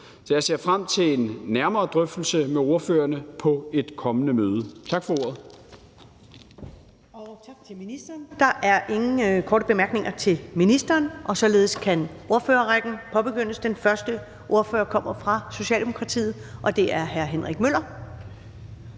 Jeg ser frem til en nærmere drøftelse med ordførerne på et kommende møde. Tak for ordet.